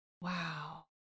Wow